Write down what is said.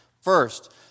First